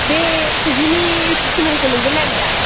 बे फुजिनि इउथुब सेनेलखौ नोंबो नायोदा